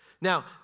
Now